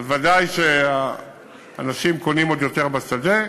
ודאי שאנשים קונים עוד יותר בשדה.